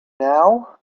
now